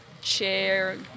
share